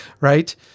Right